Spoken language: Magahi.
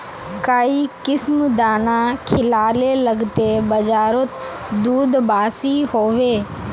काई किसम दाना खिलाले लगते बजारोत दूध बासी होवे?